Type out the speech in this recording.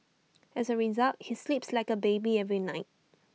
as A result he sleeps like A baby every night